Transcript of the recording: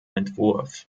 entwurf